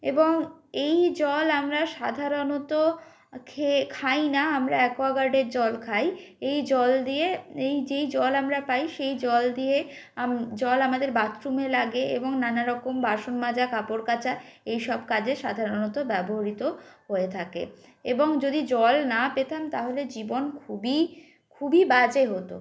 এবং এই জল আমরা সাধারণত খেয়ে খাই না আমরা অ্যাকওয়াগার্ডের জল খাই এই জল দিয়ে এই যেই জল আমরা পাই সেই জল দিয়ে আম জল আমাদের বাথরুমে লাগে এবং নানারকম বাসন মজা কাপড় কাচা এইসব কাজে সাধারণত ব্যবহৃত হয়ে থাকে এবং যদি জল না পেতাম তাহলে জীবন খুবই খুবই বাজে হতো